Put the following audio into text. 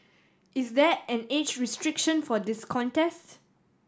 is there an age restriction for this contests